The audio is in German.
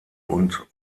und